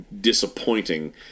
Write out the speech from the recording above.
disappointing